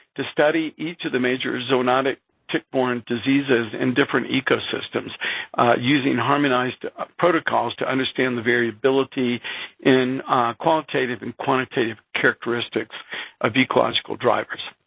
to study each of the major zoonotic tick-borne diseases in different ecosystems using harmonized protocols to understand the variability in qualitative and quantitative characteristics of ecological drivers.